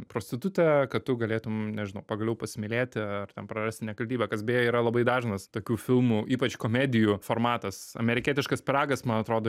prostitutę kad tu galėtum nežinau pagaliau pasimylėti ar ten prarasti nekaltybę kas beje yra labai dažnas tokių filmų ypač komedijų formatas amerikietiškas pyragas man atrodo